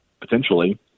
potentially